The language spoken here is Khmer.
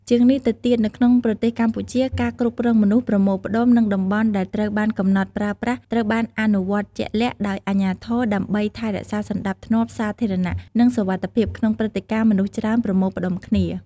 ជាងនេះទៅទៀត នៅក្នុងប្រទេសកម្ពុជាការគ្រប់គ្រងមនុស្សប្រមូលផ្ដុំ និងតំបន់ដែលត្រូវបានកំណត់ប្រើប្រាស់ ត្រូវបានអនុវត្តជាក់លាក់ដោយអាជ្ញាធរដើម្បីថែរក្សាសណ្ដាប់ធ្នាប់សាធារណៈ និងសុវត្ថិភាព ក្នុងព្រឹត្តិការណ៍មនុស្សច្រើនប្រមូលផ្តុំគ្នា។